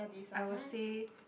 I will say